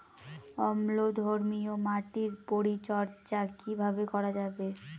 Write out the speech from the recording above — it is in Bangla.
অম্লধর্মীয় মাটির পরিচর্যা কিভাবে করা যাবে?